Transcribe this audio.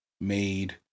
made